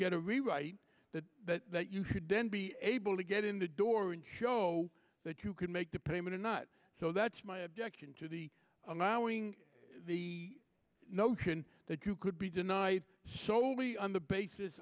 get a rewrite that that that you should then be able to get in the door and show that you can make the payment or not so that's my objection to the allowing the notion that you could be denied solely on the basis